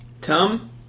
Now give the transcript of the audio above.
Tom